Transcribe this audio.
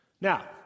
Now